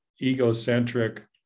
egocentric